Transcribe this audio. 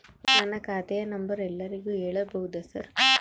ನನ್ನ ಖಾತೆಯ ನಂಬರ್ ಎಲ್ಲರಿಗೂ ಹೇಳಬಹುದಾ ಸರ್?